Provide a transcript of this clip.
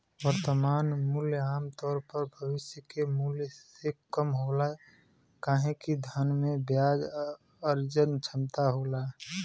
वर्तमान मूल्य आमतौर पर भविष्य के मूल्य से कम होला काहे कि धन में ब्याज अर्जन क्षमता होला